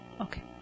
Okay